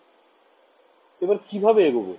এবার কিভাবে এগবো